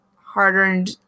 hard-earned